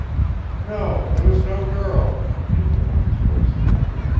no, there was no girl, came the woman's voice again,